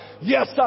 Yes